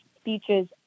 speeches